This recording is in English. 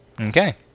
okay